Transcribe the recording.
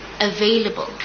available